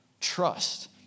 Trust